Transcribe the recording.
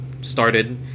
started